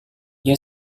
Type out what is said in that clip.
dia